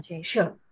Sure